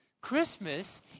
Christmas